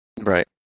Right